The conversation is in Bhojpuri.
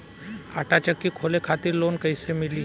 आटा चक्की खोले खातिर लोन कैसे मिली?